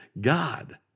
God